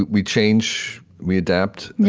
we change we adapt.